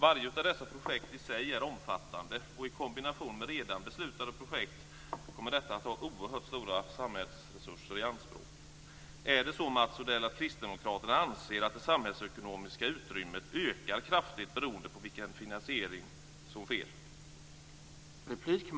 Vart och ett av dessa projekt är i sig omfattande, och i kombination med redan beslutade projekt kommer detta att ta oerhört stora samhällsresurser i anspråk. Mats Odell! Anser kristdemokraterna att det samhällsekonomiska utrymmet kan öka kraftigt beroende på vilken finansiering som kommer till